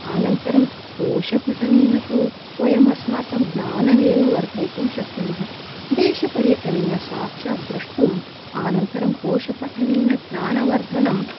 अनन्तरं कोशपठनेन तु वयमस्माकं ज्ञानमेव वर्धयितुं शक्नुमः देशपर्यटनेन साक्षात् द्रष्टुम् अनन्तरं कोशपठनेन ज्ञानवर्धनम्